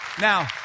Now